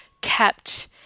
kept